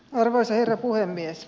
arvoisa herra puhemies